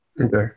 Okay